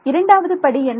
இரண்டாவது படி என்ன